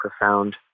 profound